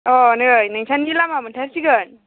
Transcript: अ' नै नोंस्रानि लामा मोनथारसिगोन